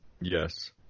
Yes